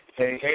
Hey